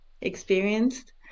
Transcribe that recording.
experienced